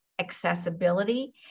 accessibility